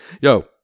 Yo